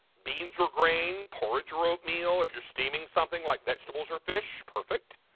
beans or grain, porridge or oatmeal, if you're steaming something like vegetables or fish, perfect.